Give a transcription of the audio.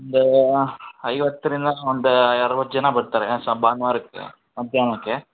ಒಂದು ಐವತ್ತರಿಂದ ಒಂದು ಅರವತ್ತು ಜನ ಬರ್ತಾರೆ ಸೊ ಭಾನುವಾರಕ್ಕೆ ಮಧ್ಯಾಹ್ನಕ್ಕೆ